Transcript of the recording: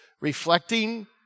reflecting